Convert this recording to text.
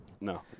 No